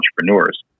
entrepreneurs